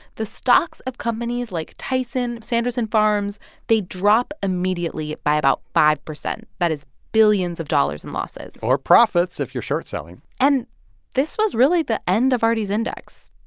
the stocks of companies like tyson, sanderson farms they drop immediately by about five percent. that is billions of dollars in losses or profits if you're short-selling and this was really the end of arty's index.